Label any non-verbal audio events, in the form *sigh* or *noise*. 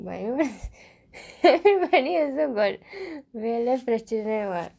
why *laughs* everybody also got வேலை பிரச்சனை:veelai pirachsanai [what]